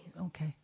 Okay